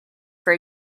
for